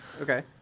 Okay